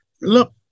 Look